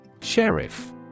Sheriff